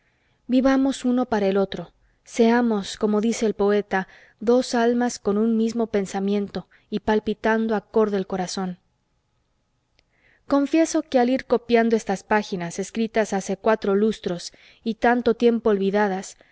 vivamos uno para el otro seamos como dice el poeta dos almas con un mismo pensamiento y palpitando acorde el corazón confieso que al ir copiando estas páginas escritas hace cuatro lustros y tanto tiempo olvidadas